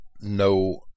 no